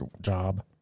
job